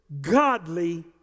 godly